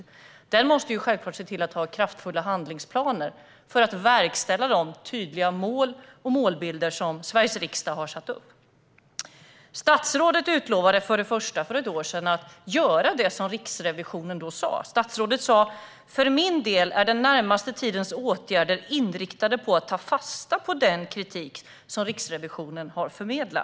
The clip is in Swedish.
Regeringen måste självklart se till att ha kraftfulla handlingsplaner för att verkställa de tydliga mål och målbilder som Sveriges riksdag har satt upp. Statsrådet lovade för ett år sedan att göra det som Riksrevisionen sagt. Han sa: För min del är den närmaste tidens åtgärder inriktade på att ta fasta på den kritik som Riksrevisionen har förmedlat.